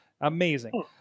amazing